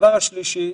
דבר נוסף,